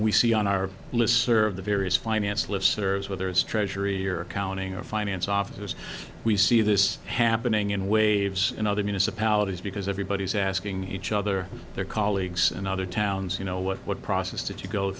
we see on our list serve the various finance listservs whether it's treasury or accounting or finance office we see this happening in waves in other municipalities because everybody's asking each other their colleagues and other towns you know what process to to go